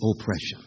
oppression